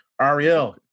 Ariel